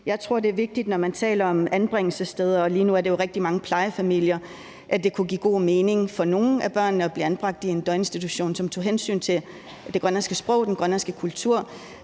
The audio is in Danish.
Jeg tror, at det er vigtigt at sige, når man taler om anbringelsessteder – lige nu er det jo rigtig mange plejefamilier – at det kunne give god mening for nogle af børnene at blive anbragt i en døgninstitution, som tog hensyn til det grønlandske sprog, den grønlandske kultur